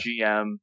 GM